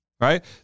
right